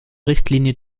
richtlinie